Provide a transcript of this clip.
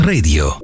Radio